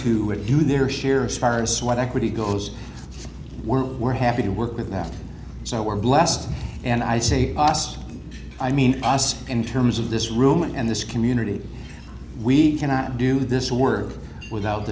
to do their share of stars sweat equity goes we're we're happy to work with that so we're blessed and i say awesome i mean us in terms of this room and this community we cannot do this work without